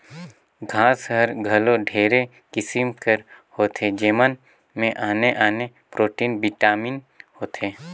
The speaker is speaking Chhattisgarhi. घांस हर घलो ढेरे किसिम कर होथे जेमन में आने आने प्रोटीन, बिटामिन होथे